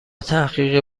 تحقیقی